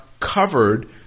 covered